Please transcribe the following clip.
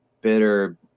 bitter